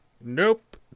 Nope